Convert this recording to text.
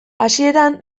hasieran